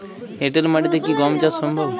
এঁটেল মাটিতে কি গম চাষ সম্ভব?